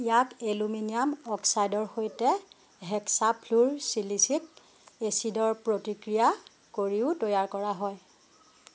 ইয়াক এলুমিনিয়াম অক্সাইডৰ সৈতে হেক্সাফ্লুৰ'ছিলিচিক এচিডৰ প্ৰতিক্ৰিয়া কৰিও তৈয়াৰ কৰা হয়